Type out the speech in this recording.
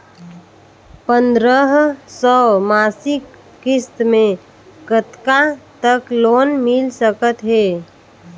पंद्रह सौ मासिक किस्त मे कतका तक लोन मिल सकत हे?